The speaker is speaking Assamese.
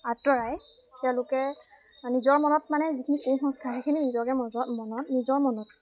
আঁতৰাই তেওঁলোকে নিজৰ মনত মানে যিখিনি কুসংস্কাৰ সেইখিনি নিজকে মজত মনত নিজৰ মনত